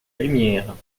lumière